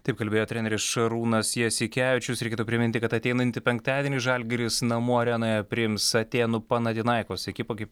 taip kalbėjo treneris šarūnas jasikevičius reikėtų priminti kad ateinantį penktadienį žalgiris namų arenoje priims atėnų panatinaikos ekipą kaip